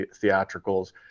theatricals